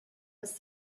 was